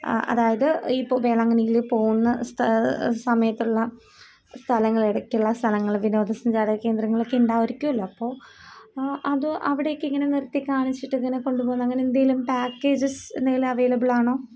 അതായത് ഇപ്പോൾ വേളാങ്കണ്ണിയിൽ പോകുന്ന സമയത്തുള്ള സ്ഥലങ്ങൾ ഇടയ്ക്കുള്ള സ്ഥലങ്ങൾ വിനോദ സഞ്ചാര കേന്ദ്രങ്ങൾ ഒക്കെ ഉണ്ടായിരിക്കുമല്ലോ അപ്പോൾ അത് അവിടേക്ക് ഇങ്ങനെ നിർത്തി കാണിച്ചിട്ട് ഇങ്ങനെ കൊണ്ട് പോകുന്ന അങ്ങനെ എന്തെങ്കിലും പാക്കേജ്സ് എന്തെങ്കിലും അവൈലബിൾ ആണോ